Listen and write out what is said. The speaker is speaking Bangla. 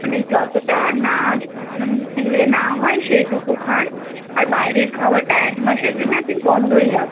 মানে যতোটা না দিলে না হয় সেইটুকু খান আর বাইরের খাওয়াটা এক মাসের জন্য আপনি বন্ধই রাখুন